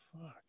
fuck